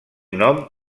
nom